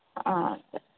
ಹಾಂ ಸರಿ